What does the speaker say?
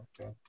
okay